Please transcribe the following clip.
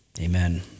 Amen